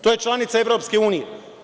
To je članica EU.